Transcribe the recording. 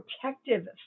protective